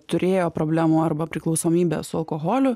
turėjo problemų arba priklausomybę su alkoholiu